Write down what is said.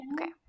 Okay